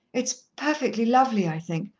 it's perfectly lovely, i think.